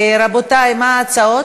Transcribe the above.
רבותי, מה ההצעות?